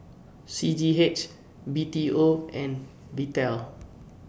C G H B T O and Vital